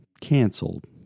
canceled